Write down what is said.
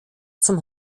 zum